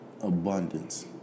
abundance